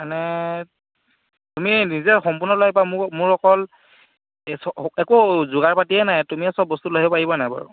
মানে তুমি নিজেই সম্পূৰ্ণ মোৰ মোৰ অকল একো যোগাৰ পাতিয়েই নাই চব বস্তু লৈ আহিব পাৰিবা নে নাই বাৰু